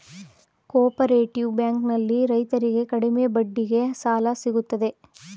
cooperative bank ನಲ್ಲಿ ರೈತರಿಗೆ ಕಡಿಮೆ ಬಡ್ಡಿಗೆ ಸಾಲ ಸಿಗುತ್ತದೆ